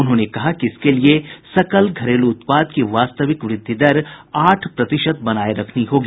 उन्होंने कहा कि इसके लिये सकल घरेलू उत्पाद की वास्तविक वृद्धि दर आठ प्रतिशत बनाये रखनी होगी